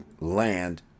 land